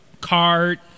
card